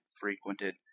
frequented